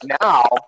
now